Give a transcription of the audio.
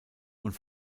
und